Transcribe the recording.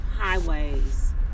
highways